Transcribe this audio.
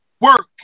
work